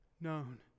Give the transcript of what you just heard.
known